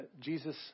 Jesus